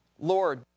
Lord